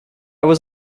was